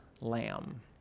lamb